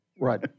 Right